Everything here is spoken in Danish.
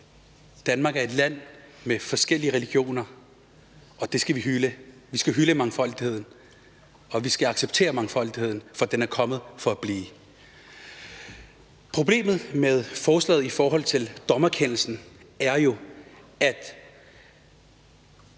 Danmark er et land med forskellige religioner, og det skal vi hylde. Vi skal hylde mangfoldigheden, og vi skal acceptere mangfoldigheden, for den er kommet for at blive. Problemet med forslaget i forhold til dommerkendelsen er jo, at